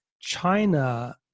China